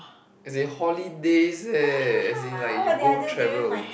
as in holidays eh as in like you go travel over~